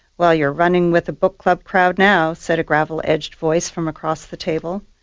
well, you're running with the book club crowd now said a gravel-edged voice from across the table,